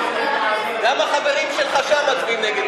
גם החברים שלך שם מצביעים נגד,